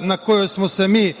na kojoj smo se mi